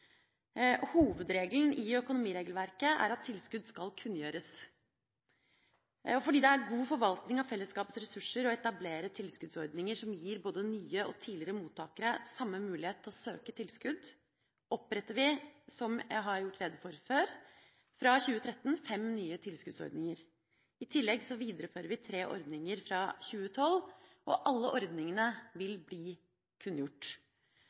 Hovedregelen i økonomiregelverket er at tilskudd skal kunngjøres. Fordi det er god forvaltning av fellesskapets ressurser å etablere tilskuddsordninger som gir både nye og tidligere mottakere samme mulighet til å søke tilskudd, oppretter vi – som jeg har gjort rede for før – fra 2013 fem nye tilskuddsordninger. I tillegg viderefører vi tre ordninger fra 2012. Alle ordningene vil bli kunngjort.